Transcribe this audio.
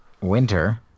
winter